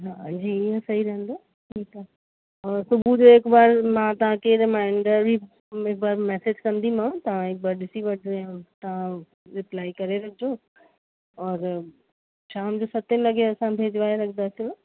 हा जी ईंअ सही रहंदो ठीकु आहे और सुबुह जो मां हिक बार तव्हांखे रिमाइंडर बि हिक बार मैसेज कंदीमाव तव्हां हिक बार ॾिसी वठिजो तव्हां रिप्लाइ करे रखिजो और शाम जो सते लॻे असां भिजवाए रखंदासीं